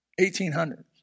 1800s